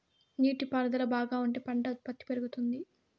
నీటి పారుదల బాగా ఉంటే పంట ఉత్పత్తి పెరుగుతుంది